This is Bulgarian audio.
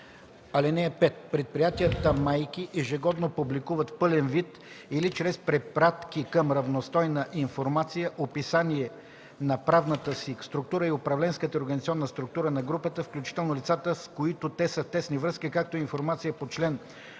медия. (5) Предприятията майки ежегодно публикуват – в пълен вид или чрез препратки към равностойна информация – описание на правната си структура и управленската, и организационната структура на групата, включително лицата, с които те са в тесни връзки, както и информация по чл.